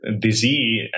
disease